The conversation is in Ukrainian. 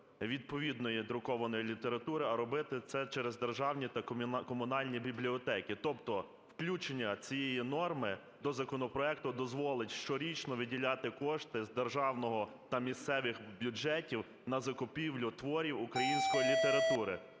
відповідної друкованої літератури, а робити це через державні та комунальні бібліотеки. Тобто включення цієї норми до законопроекту дозволить щорічно виділяти кошти з державного та місцевих бюджетів на закупівлю творів української літератури